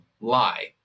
lie